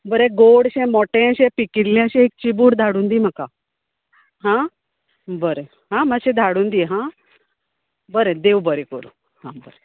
बरें गोड शें मोटे शें पिकिल्लेशें एक चिबूड धाडून दी म्हाका हां बरें आं मात्शें धाडून दी हां बरें देव बरें करूं हां बरें